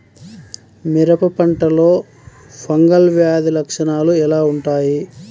మిరప పంటలో ఫంగల్ వ్యాధి లక్షణాలు ఎలా వుంటాయి?